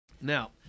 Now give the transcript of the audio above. Now